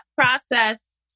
process